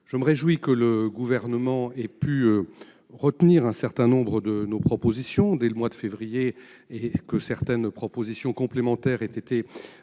Je me réjouis également que le Gouvernement ait retenu un certain nombre de nos propositions dès le mois de février, et que certaines propositions complémentaires aient été émises